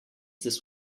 this